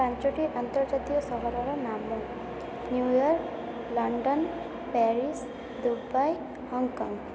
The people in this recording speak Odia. ପାଞ୍ଚଟି ଆନ୍ତର୍ଜାତୀୟ ସହରର ନାମ New York London Paris Dubai Hong Kong